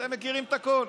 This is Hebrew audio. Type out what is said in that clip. אתם מכירים את הכול.